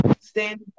stand